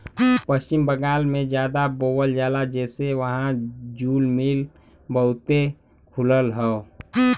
पश्चिम बंगाल में जादा बोवल जाला जेसे वहां जूल मिल बहुते खुलल हौ